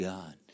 God